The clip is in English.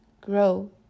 grow